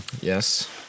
Yes